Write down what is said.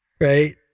Right